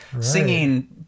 singing